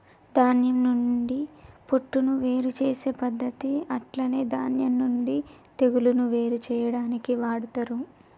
ధాన్యం నుండి పొట్టును వేరు చేసే పద్దతి అట్లనే ధాన్యం నుండి తెగులును వేరు చేయాడానికి వాడతరు